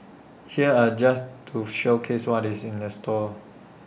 here are just to showcase what's in store